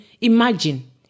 imagine